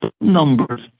numbers